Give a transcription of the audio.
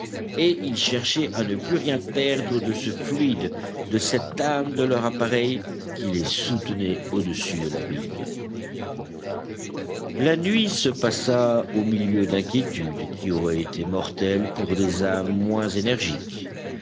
et ils cherchaient à ne plus rien perdre de ce fluide de cette âme de leur appareil qui les soutenait au-dessus de l'abîme la nuit se passa au milieu d'inquiétudes qui auraient été mortelles pour des âmes moins énergiques